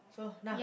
so nah